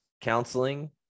counseling